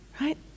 right